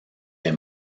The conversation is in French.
est